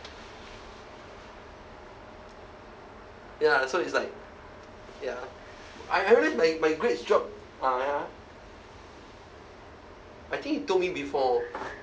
ya so it's like ya I I realise my my grades dropped uh ya I think you told me before